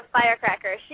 firecracker